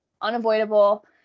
unavoidable